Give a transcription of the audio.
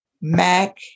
Mac